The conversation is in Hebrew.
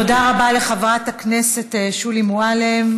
תודה רבה לחברת הכנסת שולי מועלם.